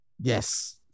Yes